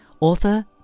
author